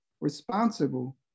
responsible